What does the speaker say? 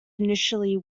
initially